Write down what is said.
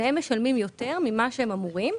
שניהם משלמים יותר ממה שהם אמורים.